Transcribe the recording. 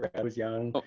but ah was young.